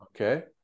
Okay